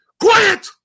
quiet